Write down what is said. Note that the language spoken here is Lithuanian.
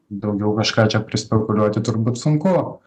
daugiau kažką čia prispekuliuoti turbūt sunku